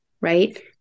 right